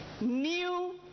new